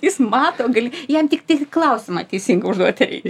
jis mato gal jam tiktai klausimą teisingą užduoti reikia